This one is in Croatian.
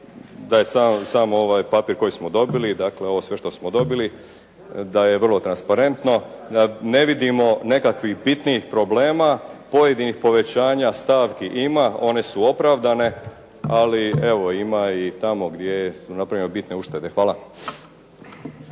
da je sam ovaj papir koji smo dobili, dakle ovo sve što smo dobili, da je vrlo transparentno. Ne vidimo nekakvih bitnijih problema, pojedinih povećanja stavki ima, one su opravdane, ali evo ima i tamo gdje su napravljene bitne uštede. Hvala.